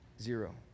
Zero